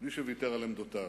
בלי שוויתר על עמדותיו.